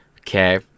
Okay